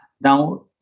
Now